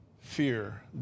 fear